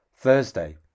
Thursday